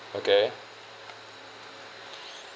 okay